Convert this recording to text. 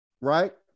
Right